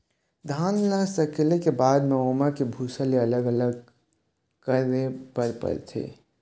धान ल सकेले के बाद म ओमा के भूसा ल अलग करे बर परथे